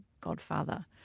godfather